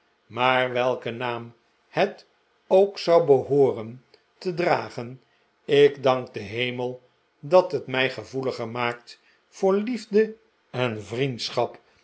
maar welken naam het ook zou behooren te dragen ik dank den hemel dat het mij gevoeliger maakt voor liefde en vriendschap